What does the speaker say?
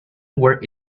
were